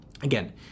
again